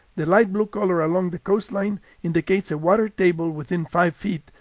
the light blue color along the coastline indicates a water table within five feet,